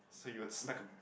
so you will smack them